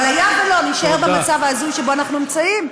אבל היה ולא, נישאר במצב ההזוי שבו אנחנו נמצאים.